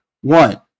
One